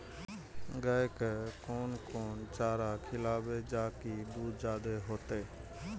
गाय के कोन कोन चारा खिलाबे जा की दूध जादे होते?